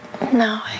No